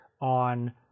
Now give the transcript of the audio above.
on